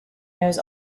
knows